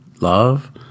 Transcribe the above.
love